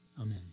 amen